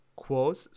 quos